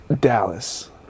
Dallas